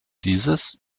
dieses